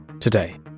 Today